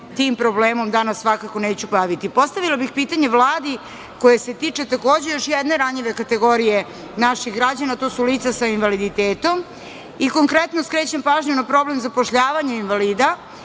tim problemom danas svakako neću baviti. Postavila bih pitanje Vladi koje se tiče takođe još jedne ranjive kategorije naših građana, a to su lica sa invaliditetom. Konkretno skrećem pažnju na problem zapošljavanja invalida